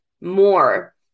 more